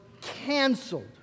canceled